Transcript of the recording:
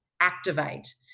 activate